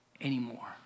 anymore